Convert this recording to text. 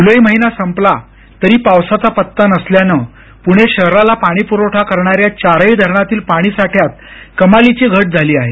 जूलै महिना संपला तरी पावसाचा पत्ता नसल्यानं पूणे शहराला पाणी प्रवठा करणाऱ्या चारही धरणांतील पाणी साठ्यात कमालीची घट झाली आहे